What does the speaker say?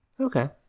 Okay